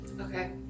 Okay